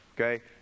okay